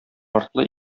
артлы